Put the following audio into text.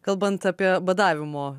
kalbant apie badavimo